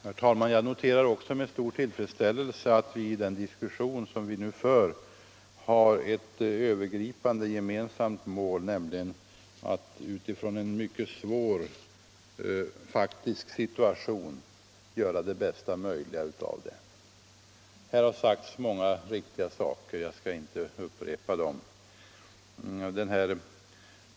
Herr talman! Jag noterar också med tillfredsställelse att den diskussion som vi nu för har ett övergripande gemensamt mål, nämligen att utifrån en mycket svår faktisk situation göra det bästa möjliga. Här har yttrats många riktiga saker, och jag skall inte upprepa dem.